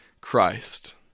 Christ